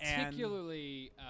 Particularly